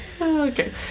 Okay